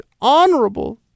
honorable